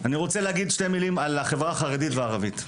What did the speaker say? אני רוצה לומר שתי מילים על החברה החרדית והערבית: